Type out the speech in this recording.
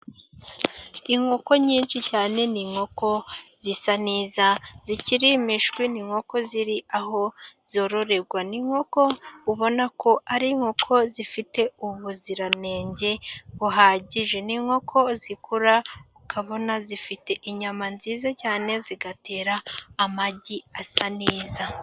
Inkoko nyinshi cyane, ni inkoko zisa neza zikiri imishwi, ni inkoko ziri aho zororerwa, ni inkoko ubona ko ari inkoko zifite ubuziranenge buhagije. Ni inkoko zikura ukabona zifite inyama nziza cyane, zigatera amagi asa neza.